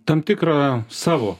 tam tikrą savo